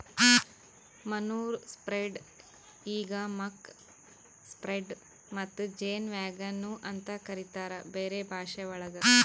manure spreader ಈಗ್ muck spreader ಮತ್ತ ಜೇನ್ ವ್ಯಾಗನ್ ನು ಅಂತ ಕರಿತಾರ್ ಬೇರೆ ಭಾಷೆವಳಗ್